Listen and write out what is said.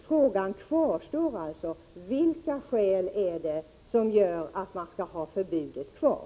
Frågan kvarstår alltså: Vilka skäl är det som gör att man skall ha förbudet kvar?